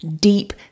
deep